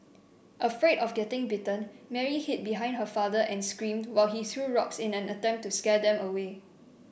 afraid of getting bitten Mary hid behind her father and screamed to while he threw rocks in an attempt to scare them away